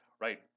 Right